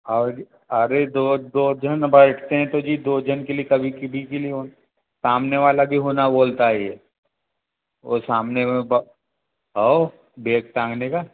हाऊ जी अरे दो दो जन बैठते हैं तो जी दो जन के लिए कभी के लिए सामने वाला भी वो ना बोलता है ये वो सामने में हाऊ बेग टाँगने का